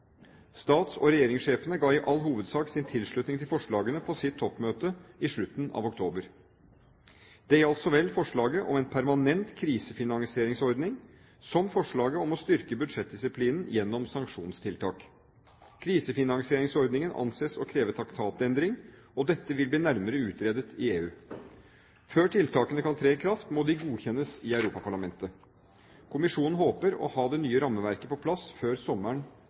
Stats- og regjeringssjefene ga i all hovedsak sin tilslutning til forslagene på sitt toppmøte i slutten av oktober. Det gjaldt så vel forslaget om en permanent krisefinansieringsordning som forslaget om å styrke budsjettdisiplinen gjennom sanksjonstiltak. Krisefinansieringsordningen anses å kreve traktatendring, og dette vil bli nærmere utredet i EU. Før tiltakene kan tre i kraft, må de godkjennes i Europaparlamentet. Kommisjonen håper å ha det nye rammeverket på plass før sommeren